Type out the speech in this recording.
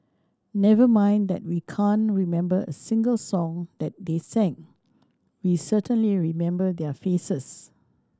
never mind that we can't remember a single song that they sing we certainly remember their faces